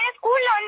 school